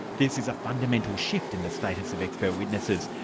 this is a fundamental shift in the status of expert witnesses,